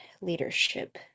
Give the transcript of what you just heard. leadership